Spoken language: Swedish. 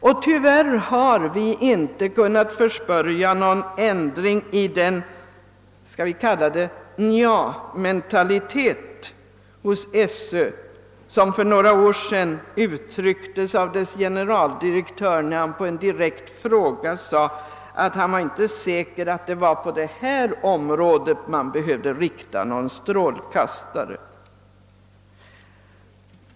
Och tyvärr har vi inte kunnat förspörja någon ändring i den »njamentalitet» hos skolöverstyrelsen som för några år sedan uttrycktes av dess generaldirektör när han på en direkt fråga sade, att han inte var säker på att det var på detta område man behövde rikta någon strålkastare.